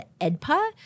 EDPA